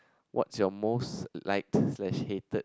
what's your most liked slash hated